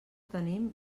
tenim